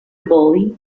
boy